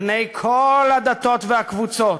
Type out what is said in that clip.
בני כל הדתות והקבוצות,